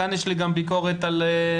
וכאן יש לי גם ביקורת על החקלאים.